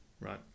right